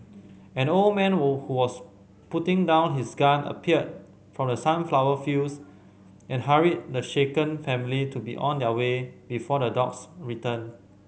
an old man who was putting down his gun appeared from the sunflower fields and hurried the shaken family to be on their way before the dogs return